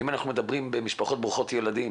ואם אנחנו מדברים במשפחות ברוכות ילדים,